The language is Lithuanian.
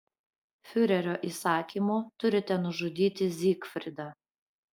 fiurerio įsakymu turite nužudyti zygfridą